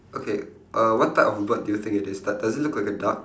okay err what type of bird do you think it is do~ does it look like a duck